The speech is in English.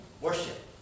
worship